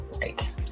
Right